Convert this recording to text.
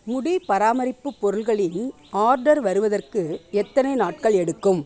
முடி பராமரிப்பு பொருள்களின் ஆர்டர் வருவதற்கு எத்தனை நாட்கள் எடுக்கும்